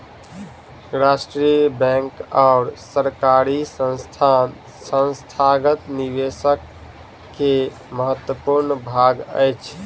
राष्ट्रीय बैंक और सरकारी संस्थान संस्थागत निवेशक के महत्वपूर्ण भाग अछि